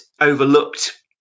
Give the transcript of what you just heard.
overlooked